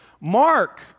Mark